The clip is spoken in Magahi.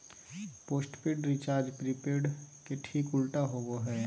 पोस्टपेड रिचार्ज प्रीपेड के ठीक उल्टा होबो हइ